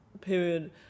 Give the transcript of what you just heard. period